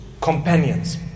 companions